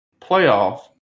playoff